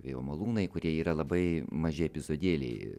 vėjo malūnai kurie yra labai maži epizodėliai